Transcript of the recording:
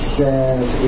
says